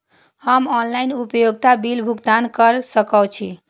हम ऑनलाइन उपभोगता बिल भुगतान कर सकैछी?